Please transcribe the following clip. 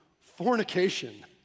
fornication